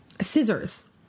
scissors